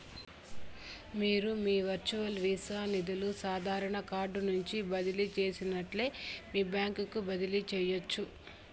మీరు మీ virtual Visa నిదులు సాదారన కార్డు నుంచి బదిలీ చేసినట్లే మీ బాంక్ కి బదిలీ చేయచ్చు